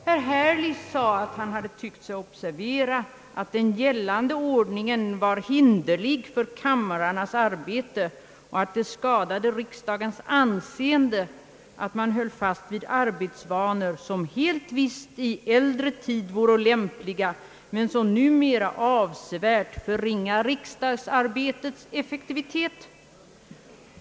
Herr Herlitz sade att han hade tyckt sig observera, att »den gällande ordningen var hinderlig för kamrarnas arbete och att det skadade riksdagens anseende» att man höll fast vid »arbetsvanor, som helt visst i äldre tid voro lämpliga, men som numera avsevärt förringa riksdagsarbetets effektivitet«.